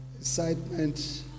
excitement